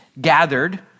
gathered